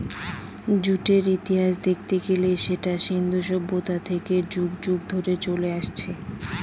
জুটের ইতিহাস দেখতে গেলে সেটা সিন্ধু সভ্যতা থেকে যুগ যুগ ধরে চলে আসছে